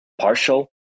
partial